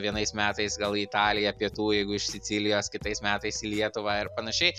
vienais metais gal į italiją pietų jeigu iš sicilijos kitais metais į lietuvą ir panašiai